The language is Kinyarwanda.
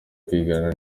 kwigana